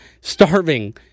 starving